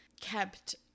kept